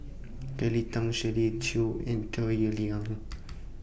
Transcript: Kelly Tang Shirley Chew and Toh